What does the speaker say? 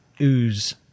ooze